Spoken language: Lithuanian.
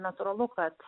natūralu kad